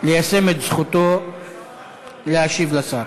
ליישם את זכותו להשיב לשר.